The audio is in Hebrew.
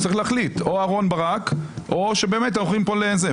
אז צריך להחליט: או אהרון ברק או שבאמת אנחנו הולכים פה לזה.